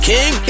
King